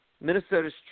Minnesota's